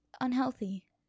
unhealthy